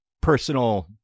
personal